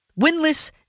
winless